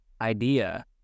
idea